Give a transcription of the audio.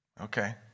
Okay